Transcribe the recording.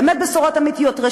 באמת בשורות אמיתיות.